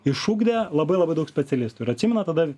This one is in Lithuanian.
išugdė labai labai daug specialistų ir atsimenat tada